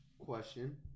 question